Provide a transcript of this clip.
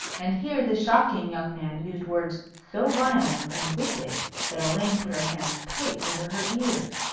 and here the shocking young man used words so violent and wicked that elaine put her hands tight over her ears.